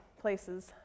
places